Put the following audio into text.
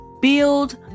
build